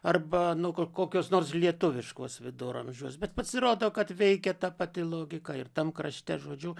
arba nuu ko kokios nors lietuviškos viduramžius bet pasirodo kad veikia ta pati logika ir tam krašte žodžiu